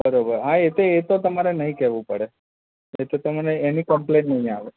બરોબર હા એ તો એ તો તમારે નહીં કહેવું પડે એ તો તમને એની કંપ્લેન નહીં આવે